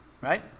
Right